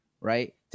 right